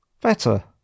better